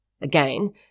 Again